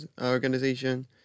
organization